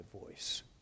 voice